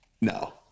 No